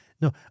No